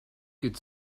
good